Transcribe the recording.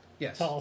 Yes